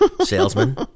salesman